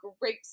great